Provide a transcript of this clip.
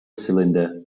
cylinder